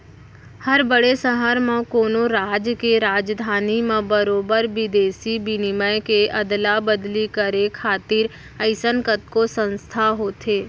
हर बड़े सहर म, कोनो राज के राजधानी म बरोबर बिदेसी बिनिमय के अदला बदली करे खातिर अइसन कतको संस्था होथे